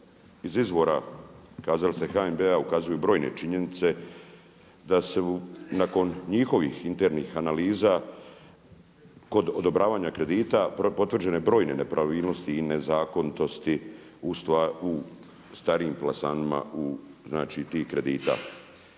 iz izvora, kazali ste HNB-a ukazuju brojne činjenice da su nakon njihovih internih analiza kod odobravanja kredita potvrđene brojne nepravilnosti i nezakonitosti u starijim plasmanima znači tih kredita.